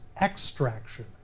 extraction